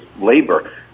labor